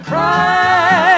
Cry